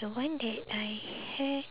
the one that I had